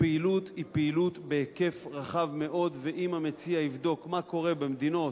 הפעילות היא פעילות בהיקף רחב מאוד ואם המציע יבדוק מה קורה במדינות,